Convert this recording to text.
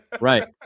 Right